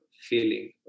feeling